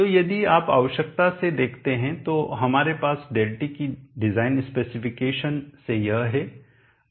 तो यदि आप आवश्यकता से देखते हैं तो हमारे पास ΔT की डिजाइन स्पेसिफिकेशन से यह है